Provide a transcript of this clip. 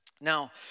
Now